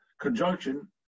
conjunction